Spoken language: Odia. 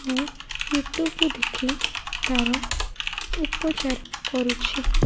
ମୁଁ ୟୁଟ୍ୟୁବ୍ରୁୁ ଦେଖି ତା'ର ଉପଚାର କରୁଛି